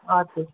हजुर